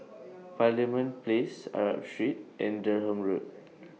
Parliament Place Arab Street and Durham Road